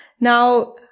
Now